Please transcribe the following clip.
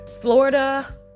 Florida